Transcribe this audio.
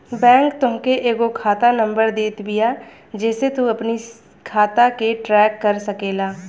bank तोहके एगो खाता नंबर देत बिया जेसे तू अपनी खाता के ट्रैक कर सकेला